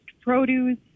produce